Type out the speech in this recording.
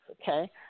okay